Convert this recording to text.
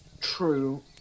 True